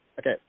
Okay